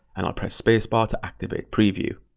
and i'll press space bar to activate preview.